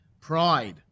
pride